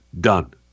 done